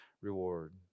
reward